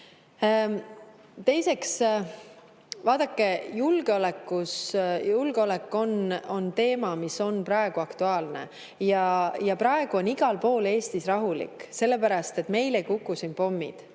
Teiseks, vaadake, julgeolek on teema, mis on praegu aktuaalne. Praegu on igal pool Eestis rahulik, sellepärast et meil ei kuku siin pommid.